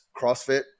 CrossFit